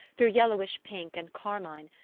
through yellowish-pink and carmine,